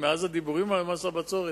מאז הדיבורים על מס הבצורת,